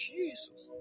Jesus